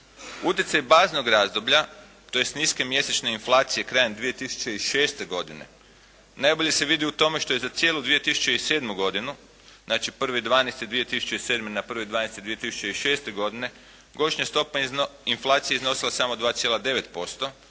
Utjecaj baznog razdoblja tj. niske mjesečne inflacije krajem 2006. godine. Najbolje se vidi u tome što je za cijelu 2007. godinu, znači 1. 12. 2007. na 1. 12. 2006. godine godišnja stopa inflacije iznosila samo 2,9%